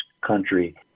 country